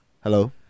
hello